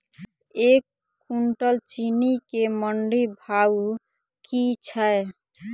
एक कुनटल चीनी केँ मंडी भाउ की छै?